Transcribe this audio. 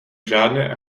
žádné